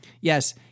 Yes